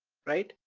right?